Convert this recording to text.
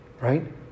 right